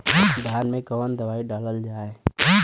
धान मे कवन दवाई डालल जाए?